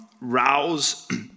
rouse